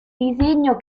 disegno